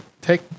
take